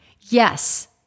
Yes